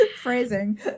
Phrasing